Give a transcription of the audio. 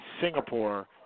Singapore